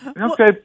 Okay